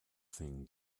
thing